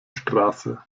straße